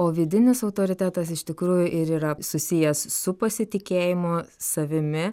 o vidinis autoritetas iš tikrųjų ir yra susijęs su pasitikėjimo savimi